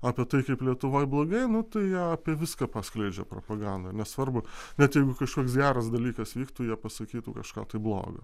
apie tai kaip lietuvoj blogai nu tai apie viską paskleidžia propagandą nesvarbu net jeigu kažkoks geras dalykas vyktų jie pasakytų kažką tai blogo